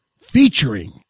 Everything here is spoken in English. Featuring